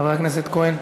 חבר הכנסת כהן.